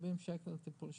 לטיפול שורש.